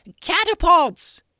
Catapults